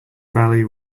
valley